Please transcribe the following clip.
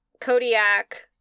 Kodiak